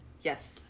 Yes